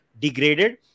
degraded